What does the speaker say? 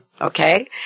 okay